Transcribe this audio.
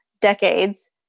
decades